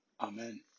amen